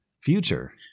future